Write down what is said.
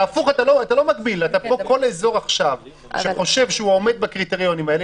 כל אזור שחושב שהוא עומד בקריטריונים האלה,